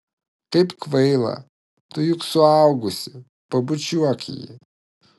kaip kvaila tu juk suaugusi pabučiuok jį